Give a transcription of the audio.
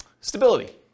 stability